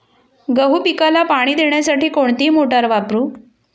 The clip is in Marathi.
गहू पिकाला पाणी देण्यासाठी कोणती मोटार वापरू?